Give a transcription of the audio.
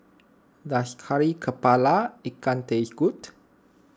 does Kari Kepala Ikan taste good